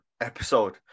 episode